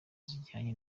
zijyanye